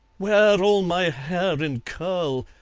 wear all my hair in curl?